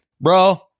bro